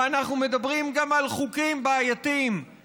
ואנחנו מדברים גם על חוקים בעייתיים,